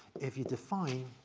if you define,